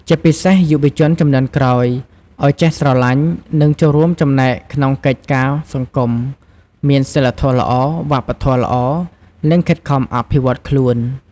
ជាពិសេស យុវជនជំនាន់ក្រោយ ឱ្យចេះស្រឡាញ់ និងចូលរួមចំណែកក្នុងកិច្ចការសង្គម មានសីលធម៌ល្អ វប្បធម៌ល្អ និងខិតខំអភិវឌ្ឍខ្លួន។